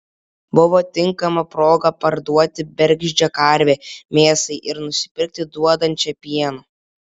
buvo tinkama proga parduoti bergždžią karvę mėsai ir nusipirkti duodančią pieno